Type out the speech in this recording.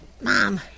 Mom